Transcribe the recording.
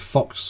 Fox